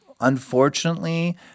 unfortunately